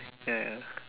ya ya